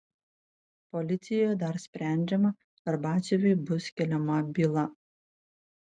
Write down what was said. policijoje dar sprendžiama ar batsiuviui bus keliama byla